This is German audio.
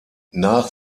nach